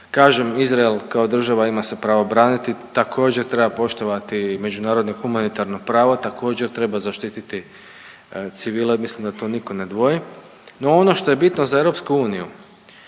kažem Izrael kao država ima se pravo braniti. Također treba poštovati međunarodno humanitarno pravo. Također treba zaštititi civile. Mislim da to nitko ne dvoji. No, ono što je bitno za EU je